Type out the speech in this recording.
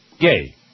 Gay